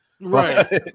Right